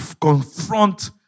confront